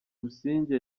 busingye